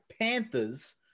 Panthers